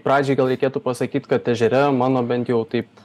pradžiai gal reikėtų pasakyt kad ežere mano bent jau taip